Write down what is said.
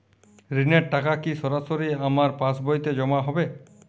ঋণের টাকা কি সরাসরি আমার পাসবইতে জমা হবে?